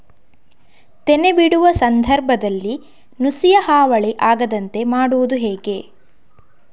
ತೆನೆ ಬಿಡುವ ಸಂದರ್ಭದಲ್ಲಿ ನುಸಿಯ ಹಾವಳಿ ಆಗದಂತೆ ಮಾಡುವುದು ಹೇಗೆ?